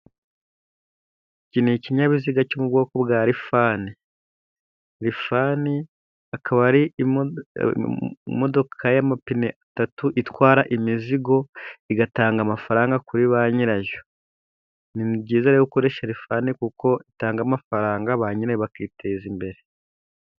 Iki ni ikinyabiziga cyo mu bwoko bwa rifani, rifani akaba ari modoka y'amapine atatu, itwara imizigo itanga amafaranga kuri banyirayo, ni byiza gukoresha rifani kuko itanga amafaranga, banyirayo bakiteza imbere.